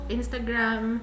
Instagram